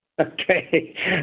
Okay